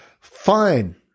Fine